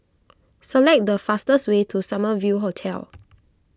select the fastest way to Summer View Hotel